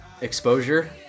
exposure